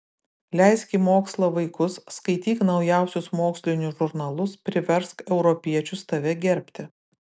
leisk į mokslą vaikus skaityk naujausius mokslinius žurnalus priversk europiečius tave gerbti